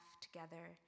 together